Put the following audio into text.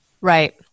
Right